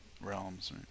realms